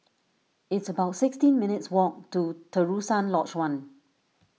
it's about sixteen minutes' walk to Terusan Lodge one